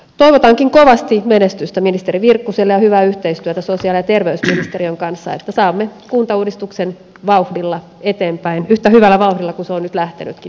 toivotankin kovasti menestystä ministeri virkkuselle ja hyvää yhteistyötä sosiaali ja terveysministeriön kanssa että saamme kuntauudistuksen vauhdilla eteenpäin yhtä hyvällä vauhdilla kuin se on nyt lähtenytkin tähän asti